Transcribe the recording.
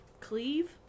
Cleave